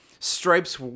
stripes